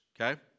Okay